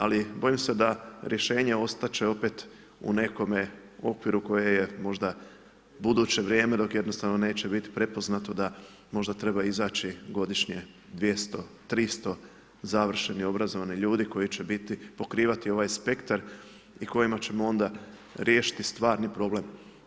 Ali, bojim se da rješenje, ostati će opet u nekome okviru, koje je možda, buduće vrijeme, dok jednostavno neće biti prepoznato da možda treba izaći godišnje 200-300 završenih obrazovnih ljudi koji će biti, pokrivati ovaj spektar i kojima ćemo onda riješiti stvarni problem.